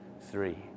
three